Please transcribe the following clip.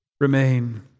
remain